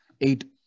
Eight